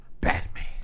Batman